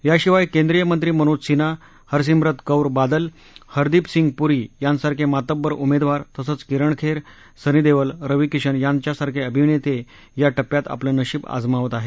याशिवाय केंद्रिय मंत्री मनोज सिन्हा हरसिम्रत कौर बादल हरदीप सिंह पूरी यांच्यासारखे मातब्बर उमेदवार तसंच किरण खेर सनी देवल रवी किशन यांच्यासारखे अभिनेते या टप्प्यात आपलं नशिब आजमावत आहेत